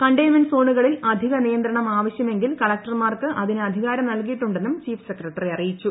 containment സോണുകളിൽ അധിക നിയന്ത്രണം ആവശ്യമെങ്കിൽ കലക്ടർമാർക്ക് അതിന് അധികാരം നൽകിയിട്ടുണ്ടെന്നും ചീഫ് സെക്രട്ടറി അറിയിച്ചു